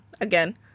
again